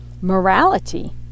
Morality